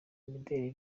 imideli